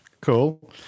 Cool